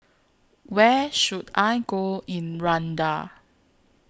Where should I Go in Rwanda